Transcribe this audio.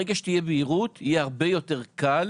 ברגע שתהיה בהירות יהיה הרבה יותר קל